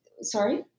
sorry